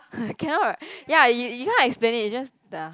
cannot ya you you cannot explain it you just the